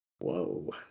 Whoa